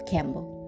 Campbell